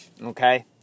Okay